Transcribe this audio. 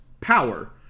power